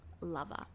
lover